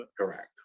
Correct